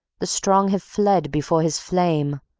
the strong have fled before his flame.